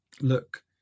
look